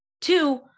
Two